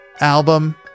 album